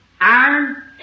iron